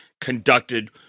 conducted